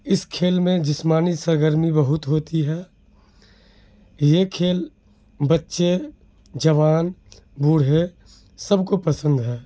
اس کھیل میں جسمانی سرگرمی بہت ہوتی ہے یہ کھیل بچے جوان بوڑھے سب کو پسند ہے